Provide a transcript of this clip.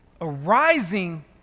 arising